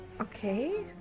Okay